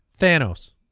Thanos